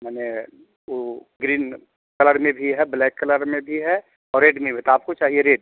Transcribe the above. माने वह green colour में भी है ब्लैक कलर में भी है और रेड में भी है तो आपको चाहिए रेड